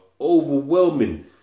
overwhelming